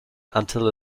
until